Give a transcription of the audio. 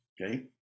okay